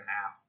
half